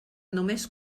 només